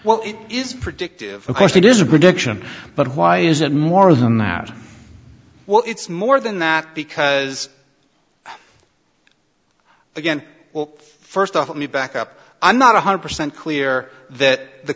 well it's predictive of course it is a prediction but why is it more than that well it's more than that because again well first off let me back up i'm not one hundred percent clear that the